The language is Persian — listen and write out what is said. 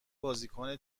بازیکن